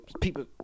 people